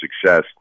success